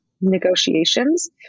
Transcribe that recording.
negotiations